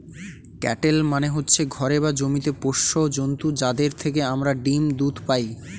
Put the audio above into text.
cattle মানে হচ্ছে ঘরে বা জমিতে পোষ্য জন্তু যাদের থেকে আমরা ডিম, দুধ পাই